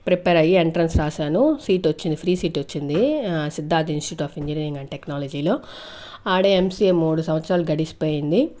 prepare అయ్యి entrance రాశాను seat వచ్చింది ఫ్రీ సీట్ వచ్చింది Siddhartha institute of engineering and technology లో అక్కడే ఎంసిఏ మూడు సంవత్సరాలు గడిచిపోయింది